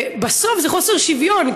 בסוף זה חוסר שוויון,